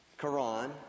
Quran